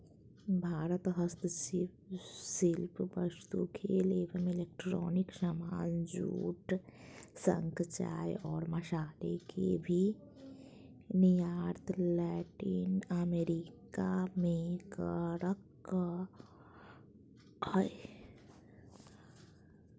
भारत हस्तशिल्प वस्तु, खेल एवं इलेक्ट्रॉनिक सामान, जूट, शंख, चाय और मसाला के भी निर्यात लैटिन अमेरिका मे करअ हय